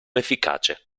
efficace